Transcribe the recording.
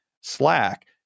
Slack